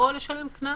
או לשלם קנס.